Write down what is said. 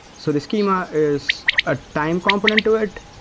so the schema is a time component to it,